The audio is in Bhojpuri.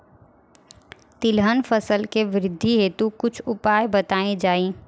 तिलहन फसल के वृद्धी हेतु कुछ उपाय बताई जाई?